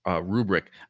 rubric